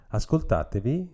ascoltatevi